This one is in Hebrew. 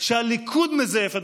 מזייף בחירות,